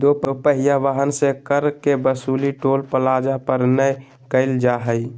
दो पहिया वाहन से कर के वसूली टोल प्लाजा पर नय कईल जा हइ